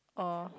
oh